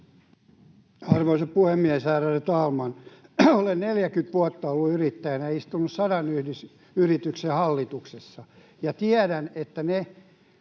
Arvoisa puhemies, ärade talman! Olen 40 vuotta ollut yrittäjänä ja istunut sadan yrityksen hallituksessa ja tiedän, että niitä,